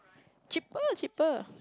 cheaper cheaper